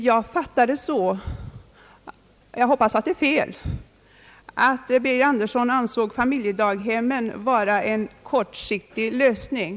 Jag fattade det så — jag hoppas att det är fel — att herr Birger Andersson ansåg familjedaghemmen vara en kortsiktig lösning.